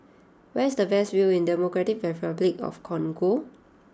where is the best view in Democratic Republic of the Congo